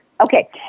Okay